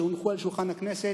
שהונחו על שולחן הכנסת,